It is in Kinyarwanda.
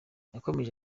yakomeje